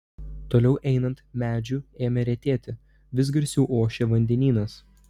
toliau einant medžių ėmė retėti vis garsiau ošė vandenynas